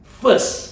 first